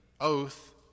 oath